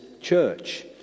church